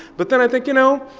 but then i think, you know,